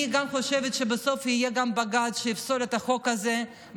אני חושבת שבסוף יהיה גם בג"ץ שיפסול את החוק הזה,